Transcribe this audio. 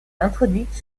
introduite